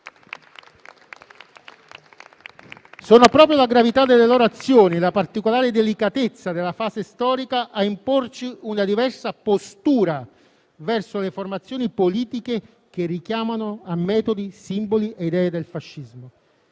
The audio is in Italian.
Sono proprio la gravità delle loro azioni e la particolare delicatezza della fase storica a imporci una diversa postura verso le formazioni politiche che richiamano a metodi, simboli e idee del fascismo.